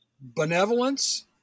benevolence